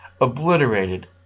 obliterated